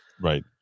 Right